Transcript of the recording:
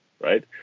right